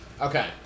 Okay